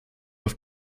auf